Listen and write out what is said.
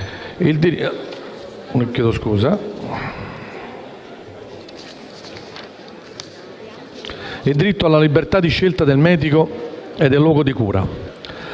il diritto alla libera scelta del medico e del luogo di cura.